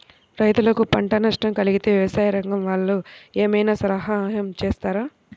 రైతులకు పంట నష్టం కలిగితే వ్యవసాయ రంగం వాళ్ళు ఏమైనా సహాయం చేస్తారా?